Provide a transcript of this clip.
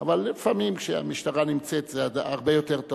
אבל לפעמים כשהמשטרה נמצאת זה הרבה יותר טוב.